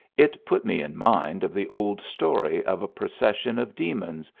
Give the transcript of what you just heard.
it put me in mind of the old story of a procession of demons,